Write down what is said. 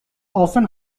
often